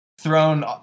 thrown